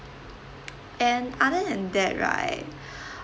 and other than that right